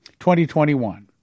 2021